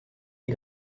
est